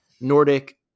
Nordic